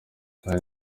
hari